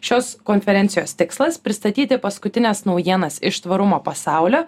šios konferencijos tikslas pristatyti paskutines naujienas iš tvarumo pasaulio